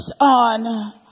on